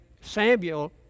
Samuel